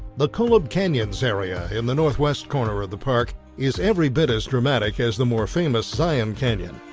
the kolob canyons area in the northwest corner of the park is every bit as dramatic as the more famous zion canyon.